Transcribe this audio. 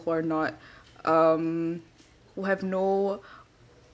or not um who have no